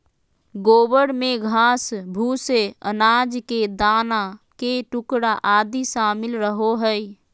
गोबर में घास, भूसे, अनाज के दाना के टुकड़ा आदि शामिल रहो हइ